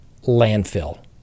landfill